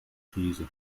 krise